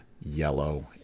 yellow